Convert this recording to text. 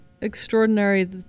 extraordinary